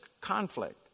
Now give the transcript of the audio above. conflict